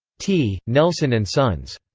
t. nelson and sons.